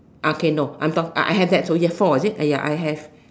ah K no I'm talk uh I have that so ya four is it uh ya I have